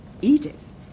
Edith